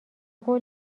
قول